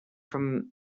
from